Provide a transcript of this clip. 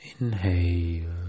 inhale